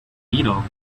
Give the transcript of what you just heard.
beetle